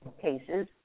cases